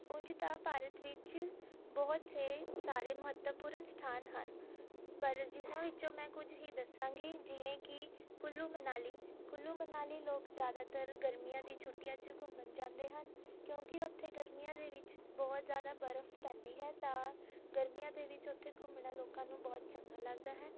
ਉਂਝ ਤਾਂ ਭਾਰਤ ਵਿੱਚ ਬਹੁਤ ਹੀ ਸਾਰੇ ਮਹੱਤਵਪੂਰਨ ਸਥਾਨ ਹਨ ਪਰ ਜਿਨ੍ਹਾਂ ਵਿੱਚੋਂ ਮੈਂ ਕੁਝ ਹੀ ਦੱਸਾਂਗੀ ਜਿਵੇਂ ਕਿ ਕੁੱਲੂ ਮਨਾਲੀ ਕੁੱਲੂ ਮਨਾਲੀ ਲੋਕ ਜ਼ਿਆਦਾਤਰ ਗਰਮੀਆਂ ਦੀ ਛੁੱਟੀਆਂ 'ਚ ਘੁੰਮਣ ਜਾਂਦੇ ਹਨ ਕਿਉਂਕਿ ਉੱਥੇ ਗਰਮੀਆਂ ਦੇ ਵਿੱਚ ਬਹੁਤ ਜ਼ਿਆਦਾ ਬਰਫ ਪੈਂਦੀ ਹੈ ਤਾਂ ਗਰਮੀਆਂ ਦੇ ਵਿੱਚ ਉੱਥੇ ਘੁੰਮਣਾ ਲੋਕਾਂ ਨੂੰ ਬਹੁਤ ਚੰਗਾ ਲੱਗਦਾ ਹੈ